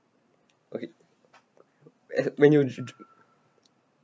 okay that's when you dri~ dri~